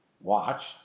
Watch